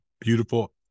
beautiful